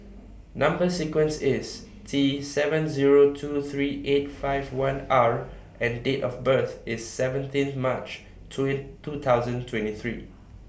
Number sequence IS T seven Zero two three eight five one R and Date of birth IS seventeen March two thousand twenty three